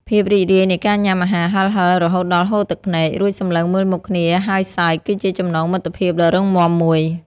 ភាពរីករាយនៃការញ៉ាំអាហារហិរៗរហូតដល់ហូរទឹកភ្នែក រួចសម្លឹងមើលមុខគ្នាហើយសើច គឺជាចំណងមិត្តភាពដ៏រឹងមាំមួយ។